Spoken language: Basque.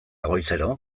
goizero